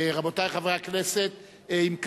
רבותי חברי הכנסת, אם כך,